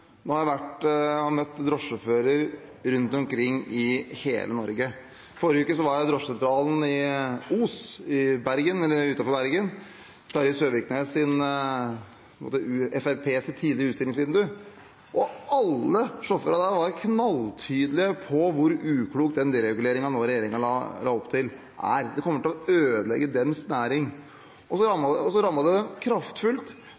Nå har jeg vært og møtt drosjesjåfører rundt omkring i hele Norge. Forrige uke var jeg i drosjesentralen i Os utenfor Bergen – Terje Søviknes’ og Fremskrittspartiets tidligere utstillingsvindu. Alle sjåførene der var knalltydelige på hvor uklok den dereguleringen regjeringen nå legger opp til, er. Den kommer til å ødelegge næringen deres. De ble rammet kraftfullt